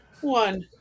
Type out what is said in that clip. one